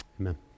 Amen